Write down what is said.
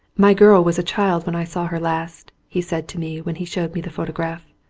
my girl was a child when i saw her last, he said to me when he showed me the photograph.